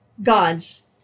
God's